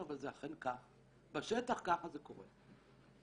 בשטח ככה זה קורה.